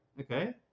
Okay